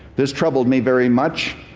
this troubled me very much,